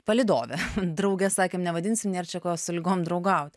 palydovę drauge sakėm nevadinsim nėr čia ko su ligom draugaut